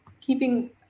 keeping